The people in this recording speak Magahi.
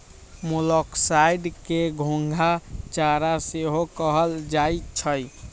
मोलॉक्साइड्स के घोंघा चारा सेहो कहल जाइ छइ